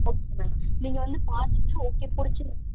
okay ma'am நீங்கள் வந்து பார்த்துட்டு ஓகே பிடிச்சிருந்